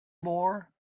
more